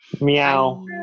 Meow